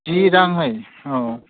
जि राङै औ